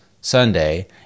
Sunday